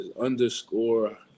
underscore